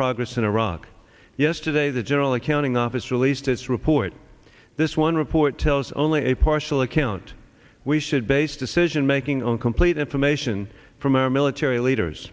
progress in iraq yesterday the general accounting office released its report this one report tells only a partial account we should base decision making on complete information from our military leaders